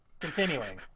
Continuing